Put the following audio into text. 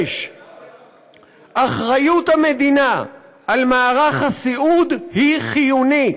6. אחריות המדינה למערך הסיעוד היא חיונית.